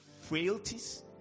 frailties